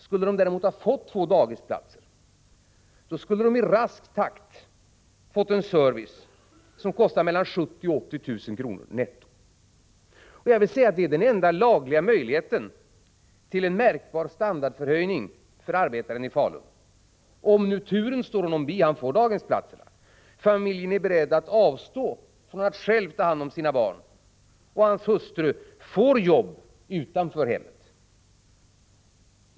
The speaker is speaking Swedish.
Skulle familjen däremot ha fått två daghemsplatser, så har familjen i rask takt fått en service som kostar mellan 70 000 och 80 000 kr. netto. Jag vill säga att det är den enda lagliga möjligheten till en märkbar standardhöjning för arbetaren i Falun — om nu turen står honom bi och han får daghemsplatserna samt om familjen är beredd att avstå från att själv ta hand om sina barn och om hans hustru får jobb utanför hemmet.